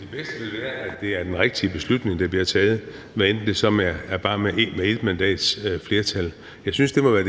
Det bedste vil være, at det er den rigtige beslutning, der bliver taget, om det så er med bare et mandats flertal. Jeg synes, det må være